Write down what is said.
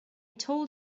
told